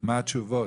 מה התשובות?